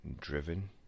driven